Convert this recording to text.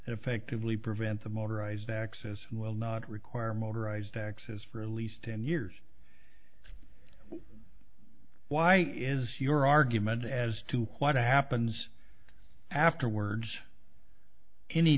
effectively prevent the motorized access and will not require motorized taxes for at least ten years why is your argument as to what happens afterwards any